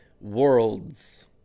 worlds